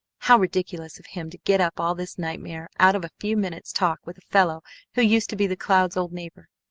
how ridiculous of him to get up all this nightmare out of a few minutes' talk with a fellow who used to be the clouds' old neighbor.